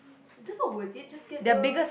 just not worth it just get the